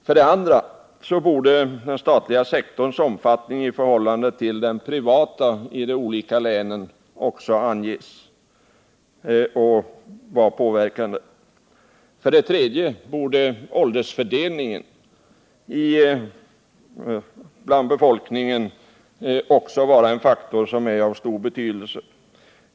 För det andra borde den statliga sektorns omfattning i förhållande till den privata i de olika länen också anges och vara påverkande. För det tredje borde åldersfördelningen bland befolkningen vara en faktor av stor betydelse.